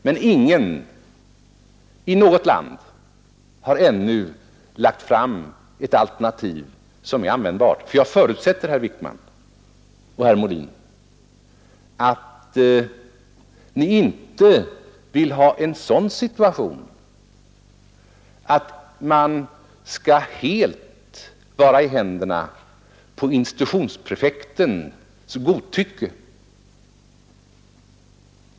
Men ännu har ingen i något land föreslagit ett alternativ som är användbart — jag förutsätter, herr Wijkman och herr Molin, att ni inte vill ha en sådan situation att man helt är utlämnad åt institutionsprefektens godtycke.